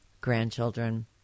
grandchildren